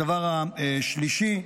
הדבר השלישי,